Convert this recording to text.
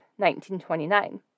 1929